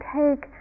take